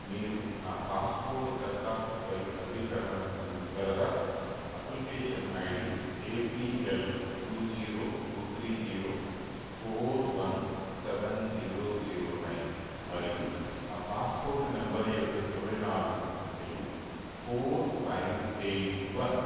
మీరు నా పాస్పోర్ట్ దరఖాస్తుపై నవీకరణను అందించగలరా application ID APL two zero two three zero four one seven zero zero nine మరియు నా పాస్పోర్ట్ నంబర్ యొక్క చివరి నాలుగు అంకెలు ఫోర్ ఫైవ్ ఎయిట్ వన్